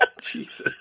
jesus